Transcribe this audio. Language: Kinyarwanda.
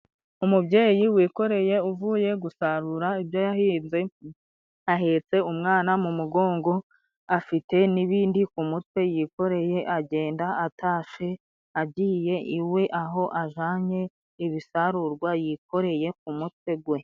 Umubyeyi wikoreye uvuye gusarura ibyo yahinze ahetse umwana mu mugongo, afite n'ibindi ku mutwe yikoreye, agenda atashe agiye iwe aho ajanye ibisarurwa yikoreye ku mutwe gwe.